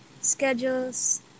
schedules